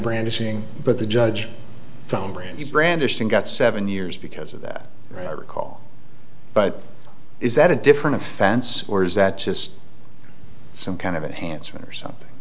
brandishing but the judge found brandy brandished and got seven years because of that i recall but is that a different offense or is that just some kind of a handsome or something